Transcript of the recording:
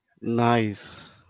Nice